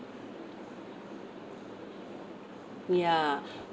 ya